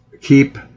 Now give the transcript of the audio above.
Keep